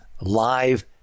live